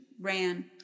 ran